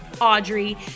Audrey